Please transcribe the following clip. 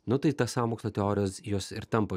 nu tai tas sąmokslo teorijos jos ir tampa